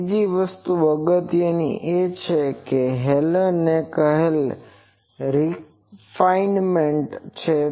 અને ત્રીજી વસ્તુ અગત્યની છે કે તે હેલેને કહેલ રિફાયનમેન્ટ છે